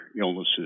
illnesses